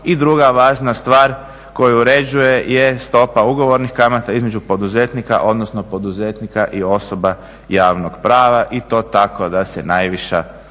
I druga važna stvar koju uređuje je stopa ugovornih kamata između poduzetnika, odnosno poduzetnika i osoba javnog prava i to tako da se najviša